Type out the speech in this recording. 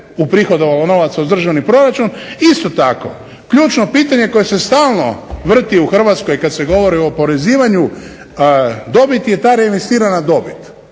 uprihodovalo novaca u državni proračun. Isto tako ključno pitanje koje se stalno vrti u Hrvatskoj kad se govori o oporezivanju dobiti je ta reinvestirana dobit.